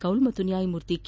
ಕೌಲ್ ಹಾಗೂ ನ್ಲಾಯಮೂರ್ತಿ ಕೆ